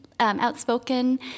outspoken